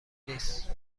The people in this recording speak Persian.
نیست